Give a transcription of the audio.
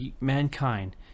mankind